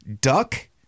Duck